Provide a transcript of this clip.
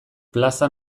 plaza